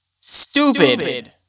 stupid